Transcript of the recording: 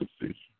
decision